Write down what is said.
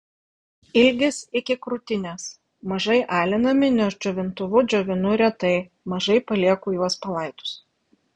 ilgis iki krūtinės mažai alinami nes džiovintuvu džiovinu retai mažai palieku juos palaidus